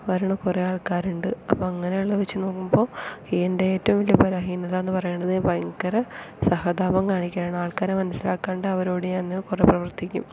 വരുന്ന കുറെ ആൾക്കാരുണ്ട് അപ്പോൾ അങ്ങനെയുള്ളത് വെച്ച് നോക്കുമ്പോൾ എൻ്റെ ഏറ്റവും വലിയ ബലഹീനത എന്ന് പറയുന്നത് ഭയങ്കര സഹതാപം കാണിക്കുന്നതാണ് ആൾക്കാരെ മനസിലാക്കാണ്ട് അവരോടു ഒപ്പം നിന്ന് പ്രവർത്തിക്കും